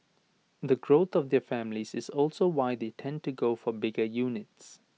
the growth of their families is also why they tend to go for bigger units